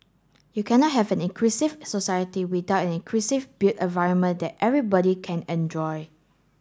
you cannot have an inclusive society without an inclusive built environment that everybody can enjoy